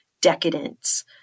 decadence